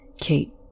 Kate